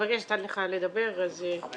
אני